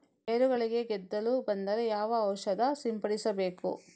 ಬೇರುಗಳಿಗೆ ಗೆದ್ದಲು ಬಂದರೆ ಯಾವ ಔಷಧ ಸಿಂಪಡಿಸಬೇಕು?